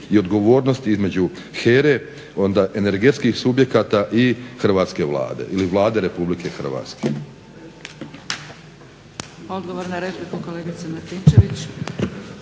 i odgovornosti između HERA-e, energetskih subjekata i hrvatske Vlade ili Vlade RH.